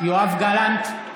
יואב גלנט,